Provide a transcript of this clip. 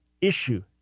issue